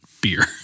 beer